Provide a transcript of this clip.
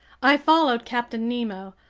i followed captain nemo,